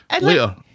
Later